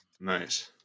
Nice